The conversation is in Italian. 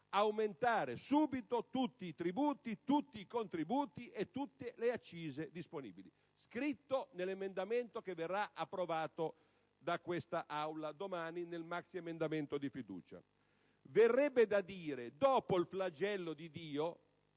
aumentare subito tutti i tributi, tutti i contributi e tutte le accise disponibili. Ciò è scritto nell'emendamento che presumibilmente verrà approvato domani da questa Aula nel maxiemendamento di fiducia. Verrebbe da dire: dopo il flagello di Dio